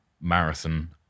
marathon